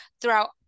throughout